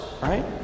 Right